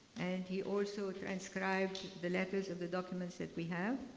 and he also transcribed the letters of the documents that we have.